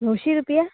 णवशी रुपया